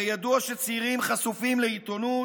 הרי ידוע שצעירים חשופים לעיתונות,